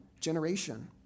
generation